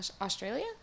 Australia